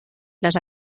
les